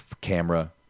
camera